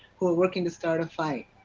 who were working to start a fight.